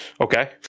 Okay